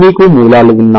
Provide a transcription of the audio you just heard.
మీకు మూలాలు ఉన్నాయి